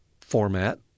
format